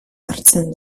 hartzen